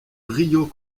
rio